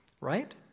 right